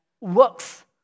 works